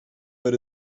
maar